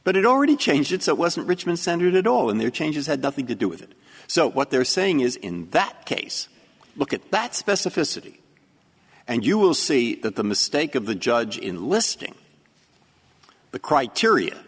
but it already changed it so it wasn't richmond centered at all and there changes had nothing to do with it so what they're saying is in that case look at that specificity and you will see that the mistake of the judge in listing the criteria